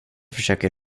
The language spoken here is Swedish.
försöker